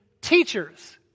teachers